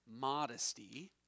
modesty